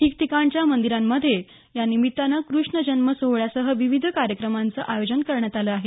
ठिकठिकाणच्या मंदिरांमध्ये या निमित्तानं कृष्ण जन्म सोहळ्यासह विविध कार्यक्रमांचं आयोजन करण्यात आलं आहे